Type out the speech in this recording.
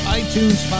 iTunes